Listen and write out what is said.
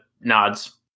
nods